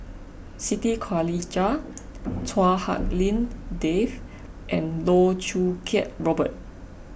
Siti Khalijah Chua Hak Lien Dave and Loh Choo Kiat Robert